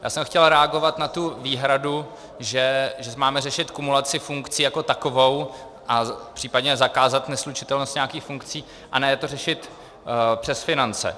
Já jsem chtěl reagovat na tu výhradu, že máme řešit kumulaci funkcí jako takovou a případně zakázat neslučitelnost nějakých funkcí a ne to řešit přes finance.